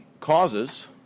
causes